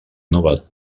nova